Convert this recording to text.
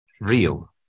real